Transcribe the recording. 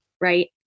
Right